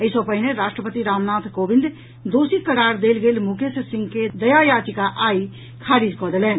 एहि सँ पहिने राष्ट्रपति रामनाथ कोविंद दोषी करार देल गेल मुकेश सिंह के दया याचिका आई खारिज कऽ देलनि